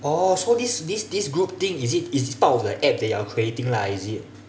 oh so this this this group thing is it it's part of your apps that you are creating lah is it